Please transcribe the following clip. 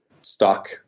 stock